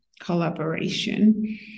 collaboration